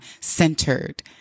centered